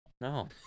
no